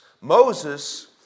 Moses